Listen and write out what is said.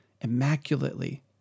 immaculately